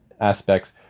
aspects